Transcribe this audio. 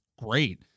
great